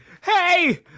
Hey